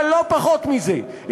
אבל לא פחות מזה,